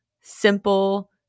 simple